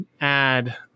add